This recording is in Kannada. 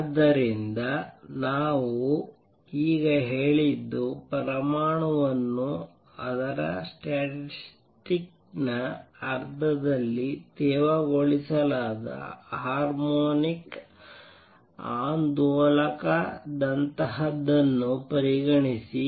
ಆದ್ದರಿಂದ ನಾವು ಈಗ ಹೇಳಿದ್ದು ಪರಮಾಣುವನ್ನು ಅದರ ಸ್ಟ್ಯಾಟಿಸ್ಟಿಕ್ ನ ಅರ್ಥದಲ್ಲಿ ತೇವಗೊಳಿಸಲಾದ ಹಾರ್ಮೋನಿಕ್ ಆಂದೋಲಕದಂತಹದನ್ನು ಪರಿಗಣಿಸಿ